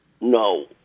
No